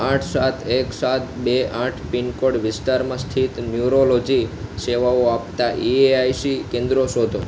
આઠ સાત એક સાત બે આઠ પિનકોડ વિસ્તારમાં સ્થિત ન્યૂરોલોજી સેવાઓ આપતાં ઇએઆઇસી કેન્દ્રો શોધો